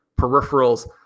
peripherals